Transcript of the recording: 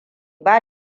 ba